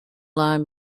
line